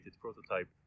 prototype